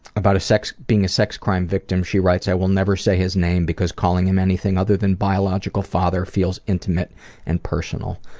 about being a sex crime victim, she writes i will never say his name, because calling him anything other than biological father feels intimate and personal.